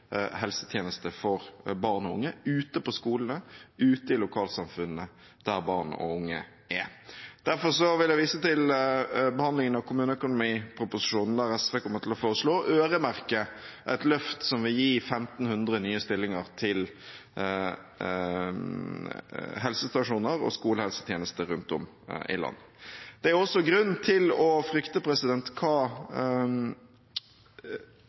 helsetjeneste for barn og unge ute på skolene, ute i lokalsamfunnene, der barn og unge er. Derfor vil jeg vise til behandlingen av kommuneøkonomiproposisjonen, der SV kommer til å foreslå å øremerke et løft som vil gi 1 500 nye stillinger til helsestasjoner og skolehelsetjeneste rundt om i landet. Det er også grunn til å frykte hva